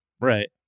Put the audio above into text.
right